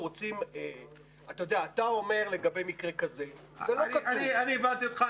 אתה אומר לגבי מקרה כזה --- אני הבנתי אותך,